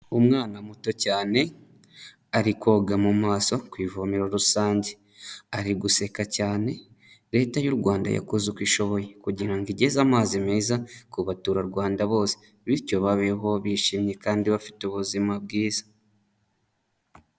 Umwana muto cyane, ari koga mu maso ku ivomero rusange, ari guseka cyane, Leta y'u Rwanda yakoze uko ishoboye, kugira ngo igezeze amazi meza ku baturarwanda bose, bityo babeho bishimye kandi bafite ubuzima bwiza.